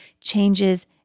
changes